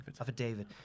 Affidavit